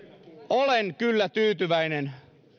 olen kyllä tyytyväinen